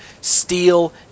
steal